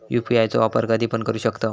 UPI चो वापर कधीपण करू शकतव?